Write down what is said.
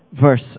Verse